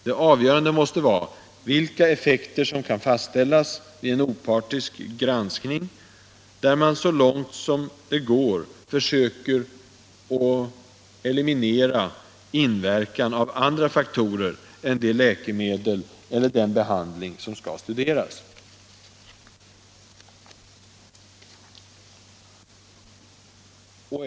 Det avgörande måste vara vilka effekter som kan fastställas vid en opartisk granskning, där man så långt det går försöker eliminera inverkan av andra faktorer än det läkemedel eller den behandling som skall studeras.